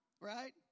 Right